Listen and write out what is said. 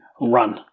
run